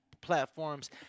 platforms